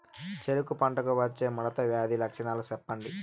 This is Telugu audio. చెరుకు పంటకు వచ్చే ముడత వ్యాధి లక్షణాలు చెప్పండి?